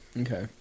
Okay